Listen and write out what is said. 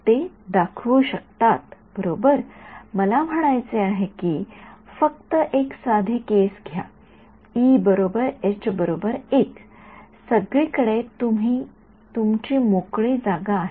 ते दाखवू शकतात बरोबर मला म्हणायचे आहे कि फक्त एक साधी केस घ्या सगळी कडे तुमची मोकळी जागा आहे